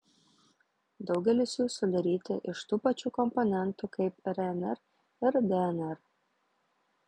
daugelis jų sudaryti iš tų pačių komponentų kaip rnr ir dnr